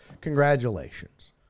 Congratulations